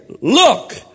look